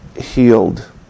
healed